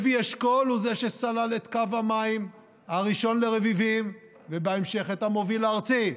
לוי אשכול הוא שסלל את קו המים הראשון לרביבים ובהמשך את המוביל הארצי.